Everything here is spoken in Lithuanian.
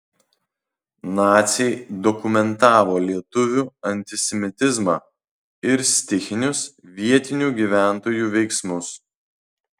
naciai dokumentavo lietuvių antisemitizmą ir stichinius vietinių gyventojų veiksmus